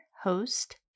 host